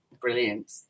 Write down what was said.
Brilliant